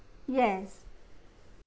yes